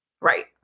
Right